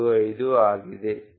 75 ಆಗಿದೆ